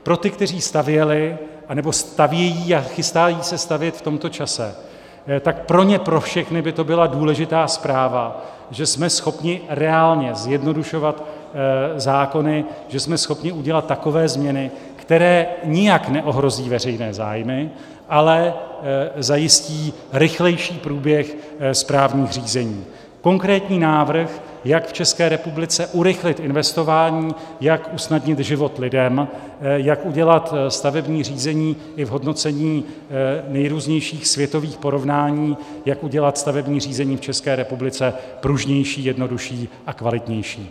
Pro ty, kteří stavěli, nebo stavějí a chystají se stavět v tomto čase, tak pro ně pro všechny by to byla důležitá zpráva, že jsme schopni reálně zjednodušovat zákony, že jsme schopni udělat takové změny, které nijak neohrozí veřejné zájmy, ale zajistí rychlejší průběh správních řízení, konkrétní návrh, jak v České republice urychlit investování, jak usnadnit život lidem, jak udělat stavební řízení i v hodnocení nejrůznějších světových porovnání, jak udělat stavební řízení v České republice pružnější, jednodušší a kvalitnější.